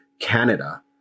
canada